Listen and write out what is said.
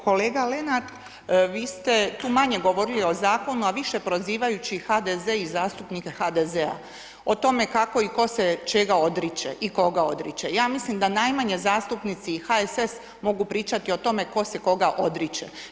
Kolega Lenart, vi ste tu manje govorili o Zakonu, a više prozivajući HDZ i zastupnike HDZ-a, o tome kako i tko se čega odriče, i koga odriče, ja mislim da najmanje zastupnici i HSS mogu pričati o tome tko se koga odriče.